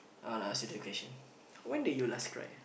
I'll ask you the question when did you last cry